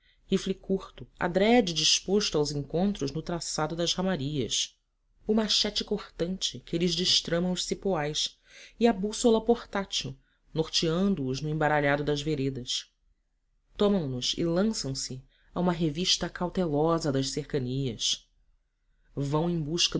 rifle curto adrede disposto aos recontros no trançado das ramarias o machete cortante que lhes destrana os cipoais e a bússola portátil norteando os no embaralhado das veredas tomam nos e lançam se a uma revista cautelosa das cercanias vão em busca